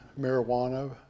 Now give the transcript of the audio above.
marijuana